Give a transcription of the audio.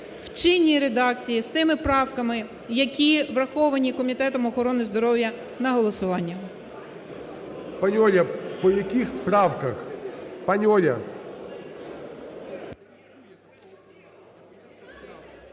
в чинній редакції з тими правками, які враховані Комітетом охорони здоров'я на голосування.